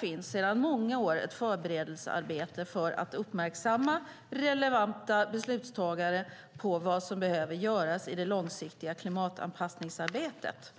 det sedan många år finns ett förberedelsearbete för att uppmärksamma relevanta beslutsfattare på vad som behöver göras i det långsiktiga klimatanpassningsarbetet.